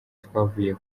twavuye